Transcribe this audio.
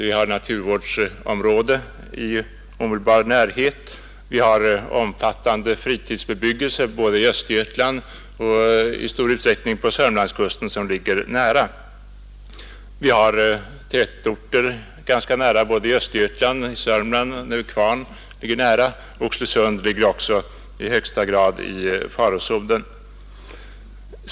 Vi har ett naturvårdsområde i omedelbar närhet. Vi har omfattande fritidsbebyggelse både i Östergötland och i stor utsträckning på Sörmlandskusten, som ligger nära. Vi har tätorter ganska närbelägna både i Östergötland och i Sörmland. Jag tänker då främst på Nävekvarn som ligger i närheten och Oxelösund som också ligger i högsta grad i farozonen.